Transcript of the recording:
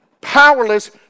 powerless